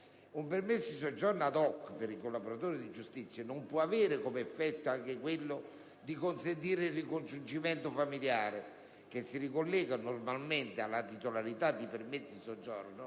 Un permesso di soggiorno *ad hoc* per i collaboratori di giustizia non può avere come effetto anche quello di consentire il ricongiungimento familiare, che si ricollega normalmente alla titolarità di permessi di soggiorno